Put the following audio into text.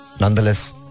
Nonetheless